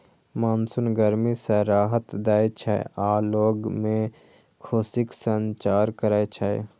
monsoon गर्मी सं राहत दै छै आ लोग मे खुशीक संचार करै छै